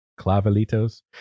Clavelitos